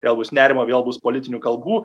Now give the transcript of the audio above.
vėl bus nerimo vėl bus politinių kalbų